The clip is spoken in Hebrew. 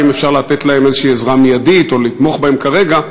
האם אפשר לתת להם עזרה מיידית או לתמוך בהם כרגע,